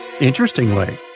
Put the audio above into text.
Interestingly